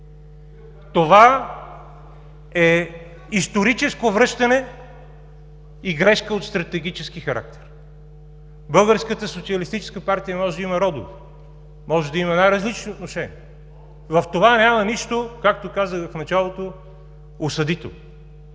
Това е историческо връщане и грешка от стратегически характер. Българската социалистическа партия може да има родови, може да има най-различни отношения – в това няма нищо, както казах в началото, осъдително.